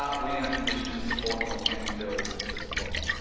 ah we in a position to support them or can we build to support them?